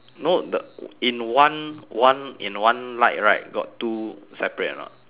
no the in one one in one light right got two separate or not